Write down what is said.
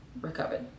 recovered